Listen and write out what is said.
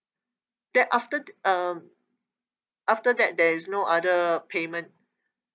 then after um after that there is no other payment